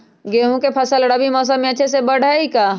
गेंहू के फ़सल रबी मौसम में अच्छे से बढ़ हई का?